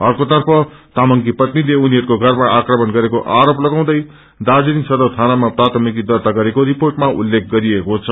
आर्केतफ तामंगी पत्नीले उनीहरूको घरामा आक्रमण गरेको आरोप लगाउँदै दार्जीलिङ सदर थानामा प्राथमिकी दार्ता गरेको रिर्पोटमा उल्लेख गरिएकोछ